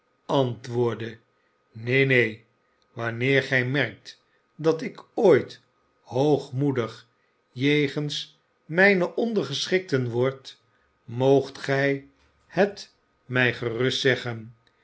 antwoordde neen neen wanneer gij merkt dat ik ooit hoogmoedig jegens mijne ondergeschikten word moogt gij het mij gerust zeggen